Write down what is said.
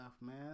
man